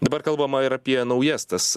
dabar kalbama ir apie naujas tas